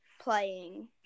playing